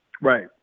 Right